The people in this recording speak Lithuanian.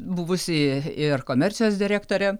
buvusi ir komercijos direktore